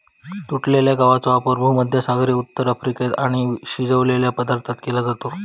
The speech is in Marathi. तुटलेल्या गवाचो वापर भुमध्यसागरी उत्तर अफ्रिकेत आणि शिजवलेल्या पदार्थांत केलो जाता